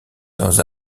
dans